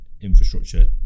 infrastructure